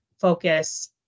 focus